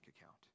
account